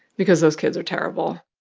because those kids are terrible